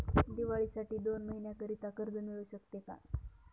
दिवाळीसाठी दोन महिन्याकरिता कर्ज मिळू शकते का?